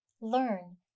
learn